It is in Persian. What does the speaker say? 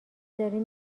دارین